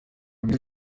mwiza